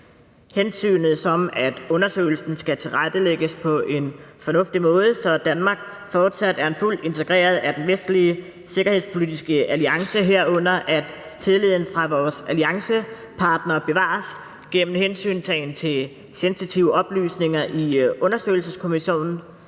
hensynet til, at undersøgelsen skal tilrettelægges på en fornuftig måde, så Danmark fortsat er fuldt integreret i den vestlige sikkerhedspolitiske alliance, herunder at tilliden fra vores alliancepartnere bevares gennem hensyntagen til sensitive oplysninger i undersøgelseskommissionen,